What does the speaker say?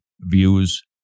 views